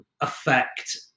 affect